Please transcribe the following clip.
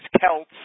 Celts